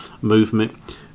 movement